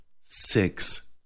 six